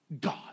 God